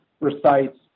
recites